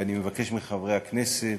ואני מבקש מחברי הכנסת